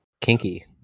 kinky